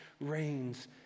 reigns